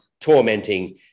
tormenting